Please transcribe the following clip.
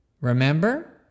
remember